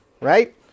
Right